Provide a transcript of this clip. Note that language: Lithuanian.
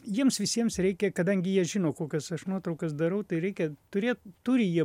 jiems visiems reikia kadangi jie žino kokis aš nuotraukas darau tai reikia turėt turi jie